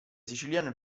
siciliano